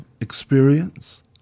experience